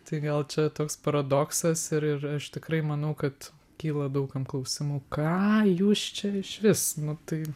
tai gal čia toks paradoksas ir ir aš tikrai manau kad kyla daug kam klausimų ką jūs čia išvis nu tai